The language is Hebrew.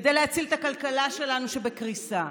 כדי להציל את הכלכלה שלנו שבקריסה.